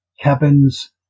cabins